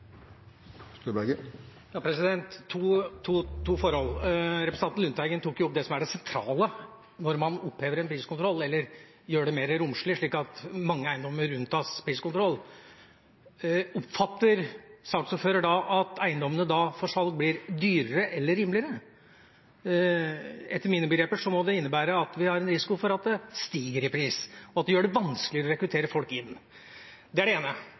det sentrale når man opphever en priskontroll, eller gjør det mer romslig slik at mange eiendommer unntas priskontroll. Oppfatter saksordføreren at eiendommene for salg da blir dyrere eller rimeligere? Etter mine begreper må det innebære at vi får en risiko for at det stiger i pris, og at det gjør det vanskeligere å rekruttere folk inn. Det er det ene